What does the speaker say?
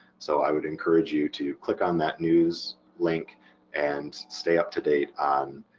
so i would encourage you to click on that news link and stay up to date on